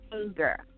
Anger